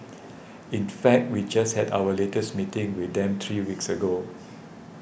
in fact we just had our latest meeting with them three weeks ago